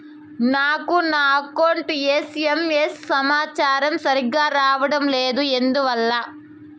నాకు నా account SMS సమాచారము సరిగ్గా రావడం లేదు ఎందువల్ల?